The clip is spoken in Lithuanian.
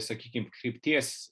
sakykim krypties